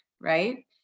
Right